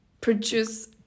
produce